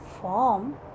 form